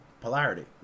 polarity